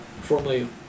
formerly